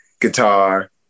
guitar